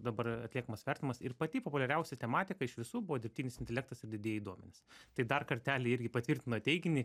dabar atliekamas vertinimas ir pati populiariausia tematika iš visų buvo dirbtinis intelektas ir didieji duomenys tai dar kartelį irgi patvirtina teiginį